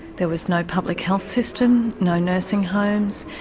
there was no public health system, no nursing homes,